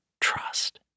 trust